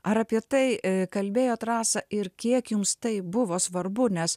ar apie tai kalbėjot rasa ir kiek jums tai buvo svarbu nes